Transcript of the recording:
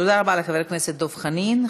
תודה רבה לחבר הכנסת דב חנין.